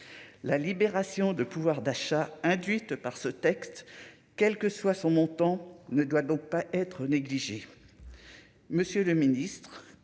la libération de pouvoir d'achat induite par ce texte, quel que soit son montant ne doit donc pas être négligée,